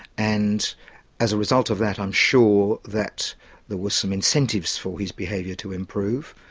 and as a result of that i'm sure that there was some incentives for his behaviour to improve.